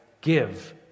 give